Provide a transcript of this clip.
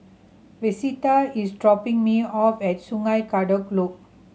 Vesta is dropping me off at Sungei Kadut Loop